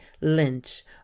lynch